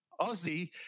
Ozzy